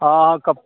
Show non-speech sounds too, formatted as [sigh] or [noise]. हाँ हाँ [unintelligible]